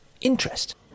interest